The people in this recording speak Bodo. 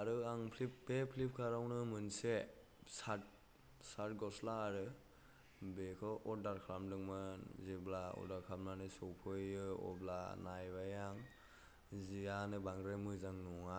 आरो आं बे फ्लिपकार्टआवनो मोनसे शार्ट शार्ट गस्ला आरो बेखौ अर्डार खालामदोंमोन जेब्ला अर्डार खालामनानै सफैयो अब्ला नायबाय आं जिआनो बांद्राय मोजां नङा